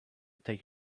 take